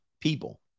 people